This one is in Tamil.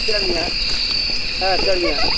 சரிங்க ஆ சரிங்க